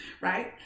right